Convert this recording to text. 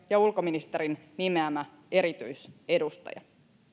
ja ulkoministerin nimeämä erityisedustaja